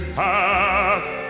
path